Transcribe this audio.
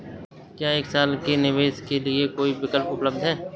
क्या एक साल के निवेश के लिए कोई विकल्प उपलब्ध है?